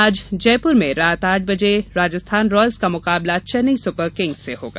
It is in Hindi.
आज जयपुर में रात आठ बजे राजस्थान रॉयल्स का मुकाबला चेन्नई सुपर किंग्स से होगा